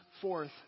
forth